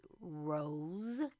Rose